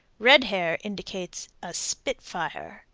red hair indicates a spit-fire.